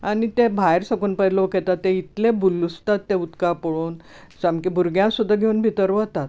आनी ते भायर साकून पळय लोक येतात पळय ते इतले भुल्लूसतात उदका पळोवन सामके भुरग्यां सुद्दां घेवन भितर वतात